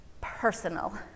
personal